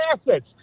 assets